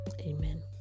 Amen